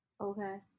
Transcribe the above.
Okay